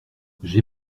j’ai